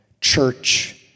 church